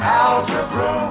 algebra